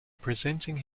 presenting